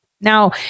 now